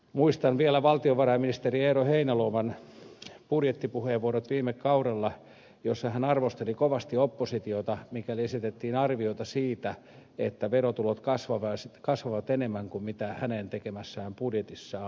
muistan vielä viime kaudelta valtiovarainministeri eero heinäluoman budjettipuheenvuoron jossa hän arvosteli kovasti oppositiota mikäli esitettiin arvioita siitä että verotulot kasvavat enemmän kuin mitä hänen tekemässään budjetissa on